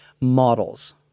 models